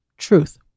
truth